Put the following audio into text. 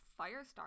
firestar